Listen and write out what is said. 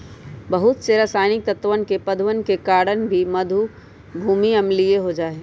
बहुत से रसायनिक तत्वन के उपयोग के कारण भी भूमि अम्लीय हो जाहई